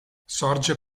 sorge